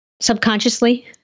subconsciously